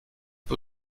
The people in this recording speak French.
peu